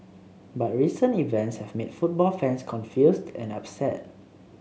but recent events have made football fans confused and upset